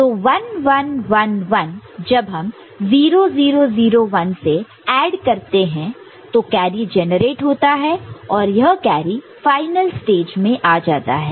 तो 1 1 1 1 जब हम 0 0 0 1 से ऐड करते हैं तो कैरी जेनरेट होता है और यह कैरी फाइनल स्टेज में आ जाता है